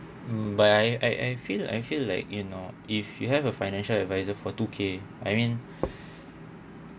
mm but I I feel I feel like you know if you have a financial advisor for two k I mean